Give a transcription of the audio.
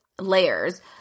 layers